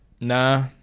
Nah